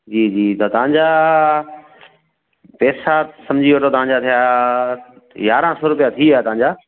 जी जी त तव्हांजा पैसा सम्झी वठो तव्हांजा थिया यारहं सौ रुपिया थी विया तव्हांजा